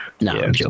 No